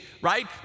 right